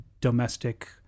domestic